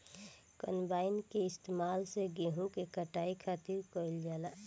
combine के इस्तेमाल से गेहूँ के कटाई खातिर कईल जाला